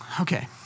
Okay